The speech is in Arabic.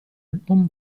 الأم